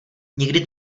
nikdy